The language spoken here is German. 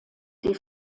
die